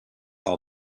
all